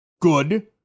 good